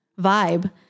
vibe